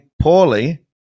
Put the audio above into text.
poorly